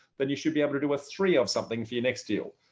then you should be able to do a three of something for your next deal.